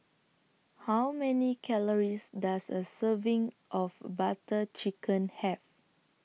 How Many Calories Does A Serving of Butter Chicken Have